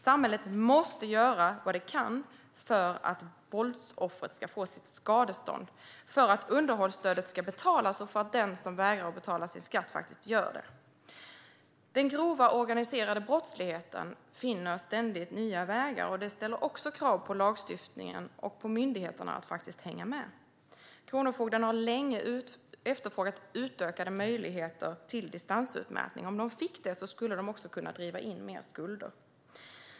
Samhället måste göra vad det kan för att brottsoffret ska få sitt skadestånd, för att underhållsstödet ska betalas och för att den som vägrar att betala sin skatt faktiskt ska göra det. Den grova organiserade brottsligheten finner ständigt nya vägar. Det ställer krav på lagstiftningen och på myndigheterna att faktiskt hänga med. Kronofogden har länge efterfrågat utökade möjligheter till distansutmätning. Om de fick det skulle de kunna driva in mer skulder.